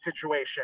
situation